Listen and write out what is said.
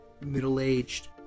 middle-aged